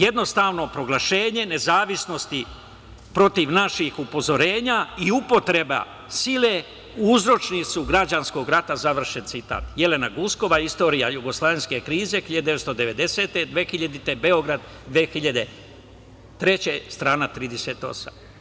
Jednostrano proglašenje nezavisnosti protiv naših upozorenja i upotreba sile uzročnici su građanskog rata" - Jelena Guskova, "Istorija jugoslovenske krize" 1990-2000, Beograd, 2003, strana 38.